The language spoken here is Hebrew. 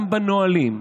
גם בנהלים,